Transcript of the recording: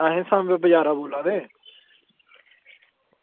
अस बजारै दा बोल्ला दे